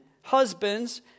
Husbands